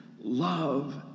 love